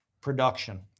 production